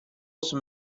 also